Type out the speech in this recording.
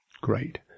great